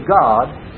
God